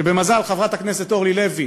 כשבמזל חברת הכנסת אורלי לוי